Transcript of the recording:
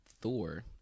Thor